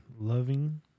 loving